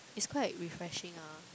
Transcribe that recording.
it's quite refreshing ah